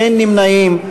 אין נמנעים.